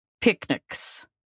picnics